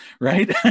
right